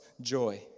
Joy